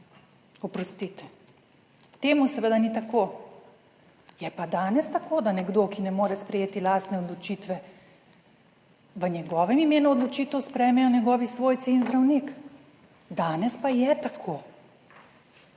Oprostite, temu seveda ni tako, je pa danes tako, da nekdo, ki ne more sprejeti lastne odločitve, v njegovem imenu odločitev sprejmejo njegovi svojci in zdravnik. Danes pa je tako